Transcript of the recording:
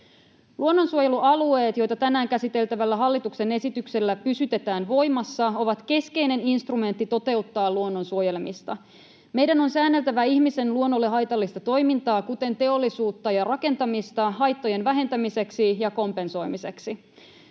Luonnonsuojelualueet, joita tänään käsiteltävällä hallituksen esityksellä pysytetään voimassa, ovat keskeinen instrumentti toteuttaa luonnon suojelemista. Meidän on säänneltävä ihmisen luonnolle haitallista toimintaa, kuten teollisuutta ja rakentamista, haittojen vähentämiseksi ja kompensoimiseksi.